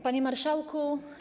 Panie Marszałku!